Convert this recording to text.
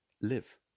live